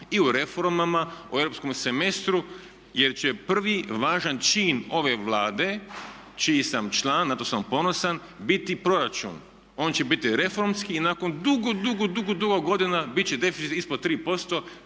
i o reformama o europskom semestru jer će prvi važan čin ove Vlade čiji sam član, na to sam ponosan biti proračun. On će biti reformski i nakon dugo, dugo, dugo godina bit će deficit ispod 3%.